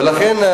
ולכן,